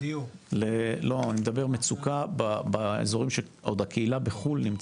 אני מדבר על מצוקה בקהילה שבחו"ל.